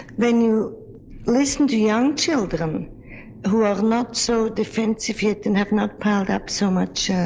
then you listen to young children um who are not so defensive yet and have not piled up so much